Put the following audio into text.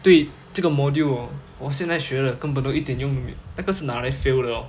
对这个 module orh 我现在学的根本都一点用都没有那个是拿来 fail 的 lor